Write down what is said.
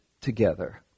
together